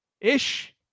ish